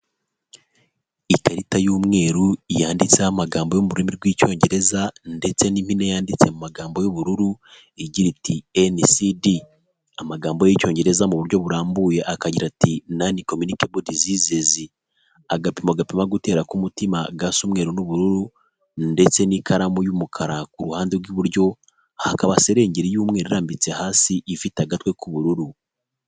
Ikarita y'umweru yanditseho amagambo yo mu rurimi rw'icyongereza ndetse n'impine yanditse mu magambo y'ubururu igira iti “NCD” amagambo y'icyongereza mu buryo burambuye akagira ati”Non communicable diseases” agapimo gapima gutera k'umutima gasa umweru n'ubururu ndetse n'ikaramu y'umukara ku ruhande rw'iburyo hakaba seregi y'umweru irambitse hasi ifite agatwe k'ubururu.